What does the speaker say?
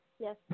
Yes